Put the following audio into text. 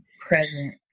present